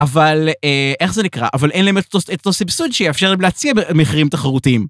‫אבל... איך זה נקרא? ‫אבל אין להם את אותו סיבסוד ‫שיאפשר להם להציע מחירים תחרותיים.